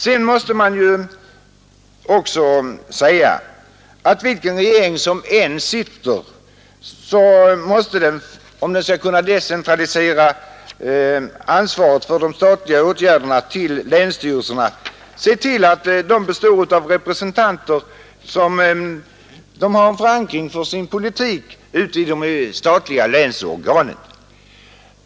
Sedan måste man också säga, att vilken regering som än sitter måste denna för att kunna centralisera ansvaret för de statliga åtgärderna till länsstyrelserna se till att dessa handhas av sådana representanter, att den har förankring för sin politik i de statliga länsorganen.